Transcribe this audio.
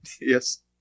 Yes